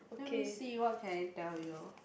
let me see what can I tell you